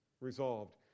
Resolved